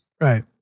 Right